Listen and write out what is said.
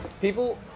people